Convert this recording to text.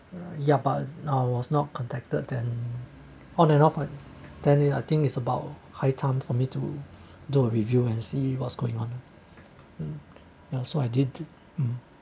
ya but now was not contacted then on and off ten year thing is about high time for me to do a review and see what's going on ya so I did um